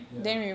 ya